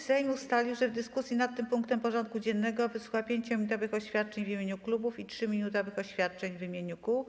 Sejm ustalił, że w dyskusji nad tym punktem porządku dziennego wysłucha 5-minutowych oświadczeń w imieniu klubów i 3-minutowych oświadczeń w imieniu kół.